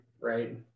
right